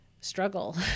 struggle